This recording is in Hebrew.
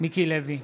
מיקי לוי,